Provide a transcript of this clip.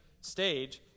stage